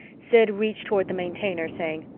sid reached toward the maintainer, saying,